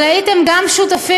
אגב, מה שאנחנו מתכוונים לעשות.